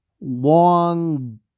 Long